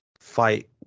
fight